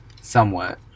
Somewhat